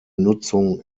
nutzung